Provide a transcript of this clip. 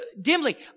Dimly